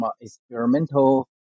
experimental